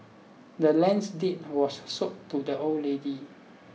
the land's deed was sold to the old lady